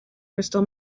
crystal